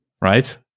right